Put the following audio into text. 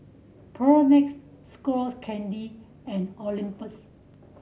Propnex Skull Candy and Olympus